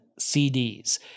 CDs